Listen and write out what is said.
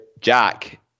Jack